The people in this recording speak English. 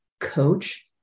coach